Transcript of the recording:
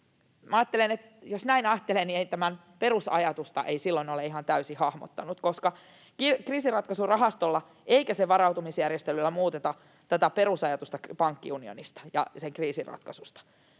jos näin ajattelee, niin tämän perusajatusta ei silloin ole ihan täysin hahmottanut, koska ei kriisinratkaisurahastolla eikä sen varautumisjärjestelyllä muuteta tätä perusajatusta pankkiunionista ja sen kriisin ratkaisusta,